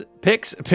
Picks